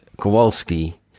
Kowalski